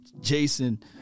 Jason